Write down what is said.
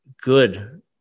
good